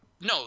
No